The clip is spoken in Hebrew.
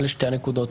אלה שתי הנקודות.